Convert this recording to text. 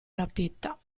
rapita